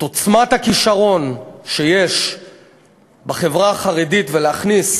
עוצמת הכישרון שיש בחברה החרדית ולהכניס